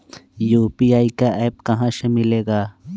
UPI का app कहा से मिलेला?